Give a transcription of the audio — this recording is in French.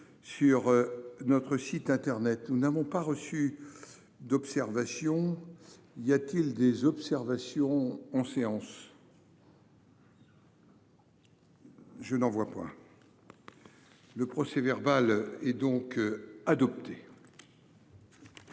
sur notre site internet, nous n'avons pas reçu d'observation, y a-t-il des observations en séance. Je n'en vois pas. Le procès verbal et donc adopté.